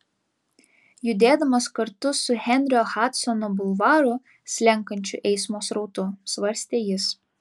judėdamas kartu su henrio hadsono bulvaru slenkančiu eismo srautu svarstė jis